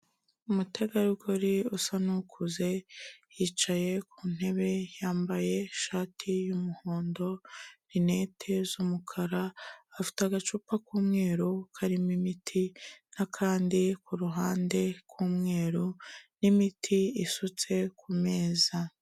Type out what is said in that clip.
Umutegarugori usa n'ukuze, yicaye ku ntebe yambaye ishati y'umuhondo, rinete z'umukara, afite agacupa k'umweru, karimo imiti n'akandi kuruhande k'umweru n'imiti isutse kumeza.